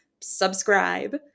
subscribe